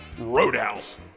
Roadhouse